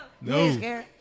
No